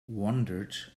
wondered